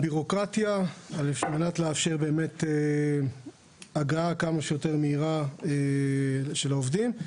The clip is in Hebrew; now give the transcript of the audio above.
על מנת לאפשר הגעה כמה שיותר מהירה של העובדים,